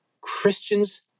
Christians